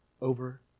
over